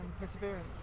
perseverance